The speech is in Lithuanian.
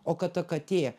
o kad ta katė